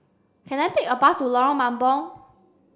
can I take a bus to Lorong Mambong